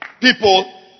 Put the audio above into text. people